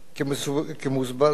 כמוסבר להלן.